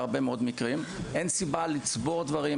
אין סיבה לצבור דברים,